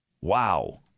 Wow